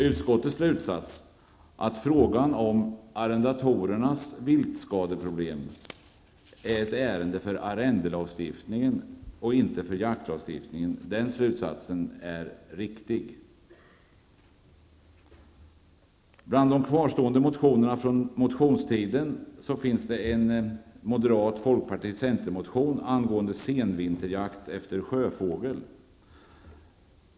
Utskottes slutsats, att frågan om arrendatorernas viltskadeproblem är något som bör regleras i arrendelagstiftningen och inte i jaktlagstiftningen, är riktig. Bland de kvarstående motionerna från allmänna motionstiden finns en motion från moderata samlingspartiet, folkpartiet och centerpartiet angående senvinterjakt efter sjöfågel.